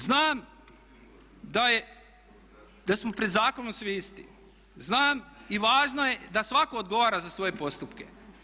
Ja znam da smo pred zakonom svi isti, znam i važno je da svatko odgovara za svoje postupke.